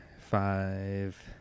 five